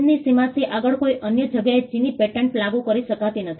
ચીનની સીમાથી આગળ કોઈ અન્ય જગ્યાએ ચીની પેટન્ટ લાગુ કરી શકાતી નથી